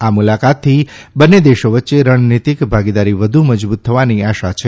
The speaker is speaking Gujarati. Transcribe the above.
આ મુલાકાતથી બંને દેશો વચ્ચે રણનીતીક ભાગીદારી વધુ મજબુત થવાની આશા છે